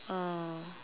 uh